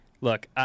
Look